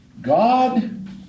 God